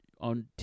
on